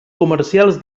comercials